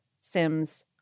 Sims